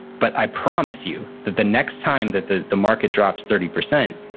but i promise you that the next time that the the market drops thirty percent,